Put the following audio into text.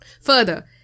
Further